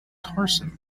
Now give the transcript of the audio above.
carson